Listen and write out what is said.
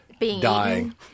dying